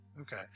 Okay